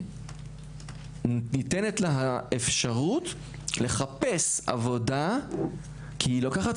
ניתנת לה האפשרות לחפש עבודה כי היא לוקחת